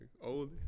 old